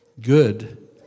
Good